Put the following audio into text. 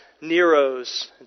Nero's